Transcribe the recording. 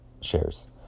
shares